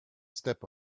step